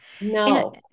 No